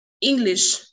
English